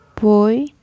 Boy